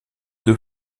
deux